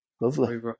Lovely